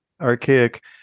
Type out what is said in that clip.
archaic